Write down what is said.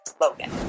Logan